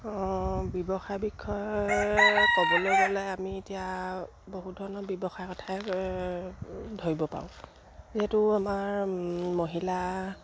ব্যৱসায়ৰ বিষয়ে ক'বলৈ গ'লে আমি এতিয়া বহু ধৰণৰ ব্যৱসায় কথাই ধৰিব পাৰোঁ যিহেতু আমাৰ মহিলা